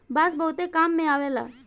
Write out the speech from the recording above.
बांस बहुते काम में अवेला